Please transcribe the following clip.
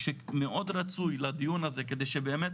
מאוד רצוי לדיון הזה, כדי שבאמת